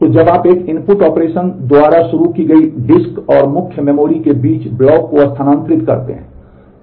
तो जब आप एक इनपुट ऑपरेशन द्वारा शुरू की गई डिस्क और मुख्य मेमोरी के बीच ब्लॉक को स्थानांतरित करते हैं